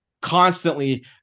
constantly